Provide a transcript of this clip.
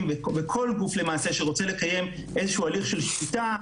וכל גוף שרוצה לקיים איזה שהוא הליך של שפיטה,